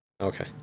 Okay